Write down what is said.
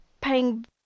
paying